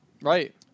Right